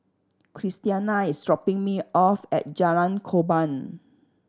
Christiana is dropping me off at Jalan Korban